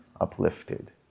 uplifted